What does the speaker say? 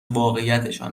واقعیتشان